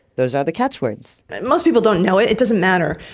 those are the catchwords but most people don't know it, it doesn't matter.